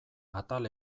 atal